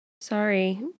Sorry